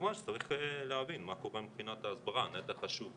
וכמובן שצריך להבין מה קורה מבחינת ההסברה לנתח חשוב,